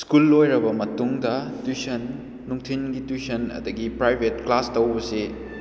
school ꯂꯣꯏꯔꯕ ꯃꯇꯨꯡꯗ tuition ꯅꯨꯡꯊꯤꯟꯒꯤ ꯇꯨꯏꯁꯟ ꯑꯗꯒꯤ ꯄ꯭ꯔꯥꯏꯕꯦꯠ ꯀ꯭ꯂꯥꯁ ꯇꯧꯕꯁꯤ